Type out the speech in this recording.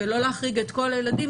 ולא להחריג את כל הילדים.